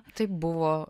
taip buvo